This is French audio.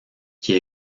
qui